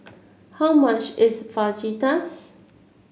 how much is Fajitas